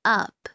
up